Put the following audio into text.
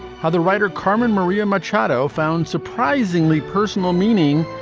how the writer carmen maria machado found surprisingly personal meaning.